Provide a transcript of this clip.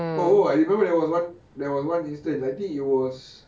oh I remember there was one there was one instance I think it was